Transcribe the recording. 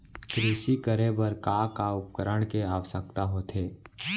कृषि करे बर का का उपकरण के आवश्यकता होथे?